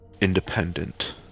Independent